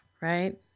right